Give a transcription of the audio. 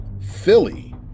Philly